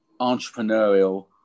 entrepreneurial